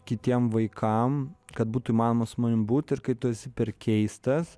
kitiem vaikam kad būtų įmanoma su manim būti ir kai tu esi per keistas